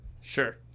Sure